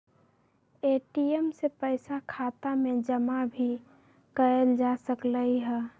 ATM से पइसा खाता में जमा भी कएल जा सकलई ह